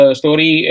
story